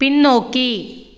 பின்னோக்கி